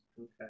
Okay